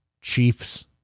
Chiefs